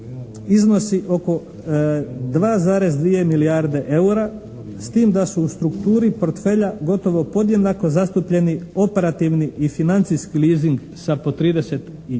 iznosi oko 2,2 milijarde EUR-a s tim da su u strukturi portfelja gotovo podjednako zastupljeni operativni i financijski leasing sa po 35%,